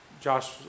Josh